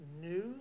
news